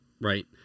right